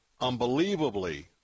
unbelievably